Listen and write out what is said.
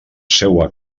seua